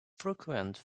frequent